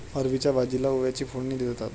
अरबीच्या भाजीला ओव्याची फोडणी देतात